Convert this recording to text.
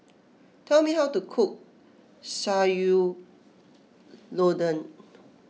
tell me how to cook Sayur Lodeh